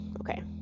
Okay